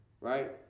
Right